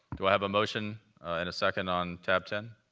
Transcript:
do i have a motion and second on tab ten?